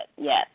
Yes